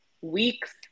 weeks